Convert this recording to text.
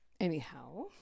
anyhow